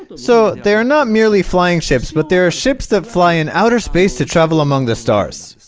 so they are not merely flying ships but there are ships that fly in outer space to travel among the stars